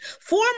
Four